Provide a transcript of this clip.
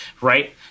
Right